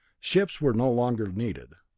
ships were no longer needed.